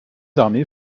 armées